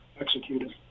executed